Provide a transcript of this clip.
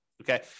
okay